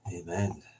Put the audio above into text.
Amen